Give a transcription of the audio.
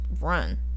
run